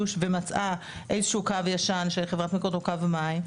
ומצאה איזה שהוא קו ישן של חברת "מקורות" או קו מים,